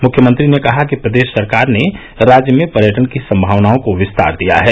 मुख्यमंत्री ने कहा कि प्रदेश सरकार ने राज्य में पर्यटन की संभावनाओं को विस्तार दिया है